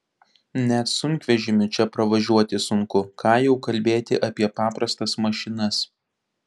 net sunkvežimiu čia pravažiuoti sunku ką jau kalbėti apie paprastas mašinas